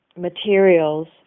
materials